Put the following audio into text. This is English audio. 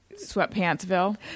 sweatpantsville